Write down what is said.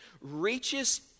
reaches